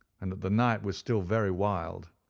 and that the night was still very wild.